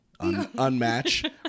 unmatch